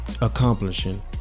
accomplishing